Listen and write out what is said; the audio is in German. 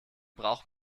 braucht